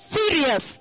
serious